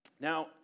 Now